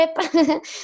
trip